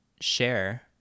share